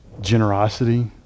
generosity